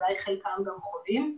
שאולי חלקם גם חולים,